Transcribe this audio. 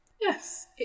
Yes